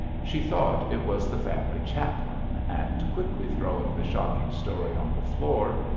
she thought it was the family chaplain, and, quickly throwing the shocking story on the floor,